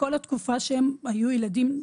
בכל התקופה שהם היו ילדים,